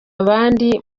abandi